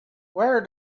wear